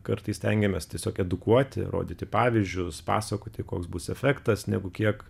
kartais stengiamės tiesiog edukuoti rodyti pavyzdžius pasakoti koks bus efektas negu kiek